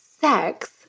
sex